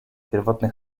pierwotny